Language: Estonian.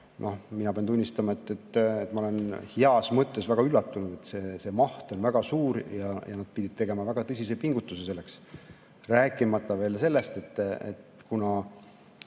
mina pean tunnistama, et ma olen heas mõttes väga üllatunud. See maht on väga suur ja nad pidid tegema väga tõsiseid pingutusi selleks. Rääkimata sellest, et kuna